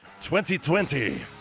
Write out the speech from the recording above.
2020